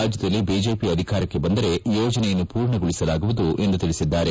ರಾಜ್ಯದಲ್ಲಿ ಬಿಜೆಪಿ ಅಧಿಕಾರಕ್ಕೆ ಬಂದರೆ ಯೋಜನೆಯನ್ನು ಪೂರ್ಣಗೊಳಿಸಲಾಗುವುದು ಎಂದು ತಿಳಿಸಿದ್ದಾರೆ